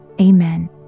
amen